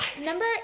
number